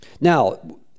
now